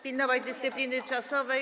pilnować dyscypliny czasowej.